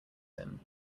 him